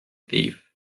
thief